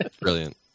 Brilliant